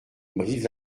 brive